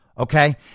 Okay